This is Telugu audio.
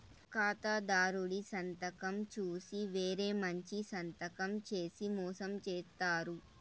ఖాతాదారుడి సంతకం చూసి వేరే మంచి సంతకం చేసి మోసం చేత్తారు